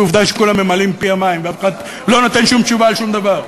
כי עובדה שכולם ממלאים פיהם מים ואף אחד לא נותן שום תשובה על שום דבר,